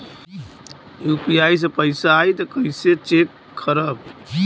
UPI से पैसा आई त कइसे चेक खरब?